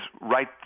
right